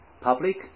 public